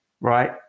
right